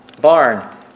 barn